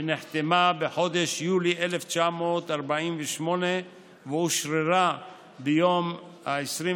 שנחתמה בחודש יולי 1948 ואושררה ב-28